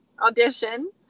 audition